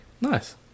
Nice